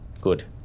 good